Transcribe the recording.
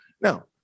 Now